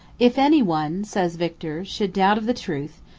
if any one, says victor, should doubt of the truth,